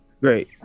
Great